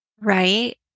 Right